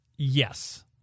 Yes